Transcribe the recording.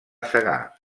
segar